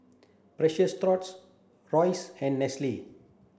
Precious Thots Royce and Nestle